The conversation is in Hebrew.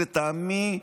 לטעמי,